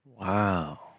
Wow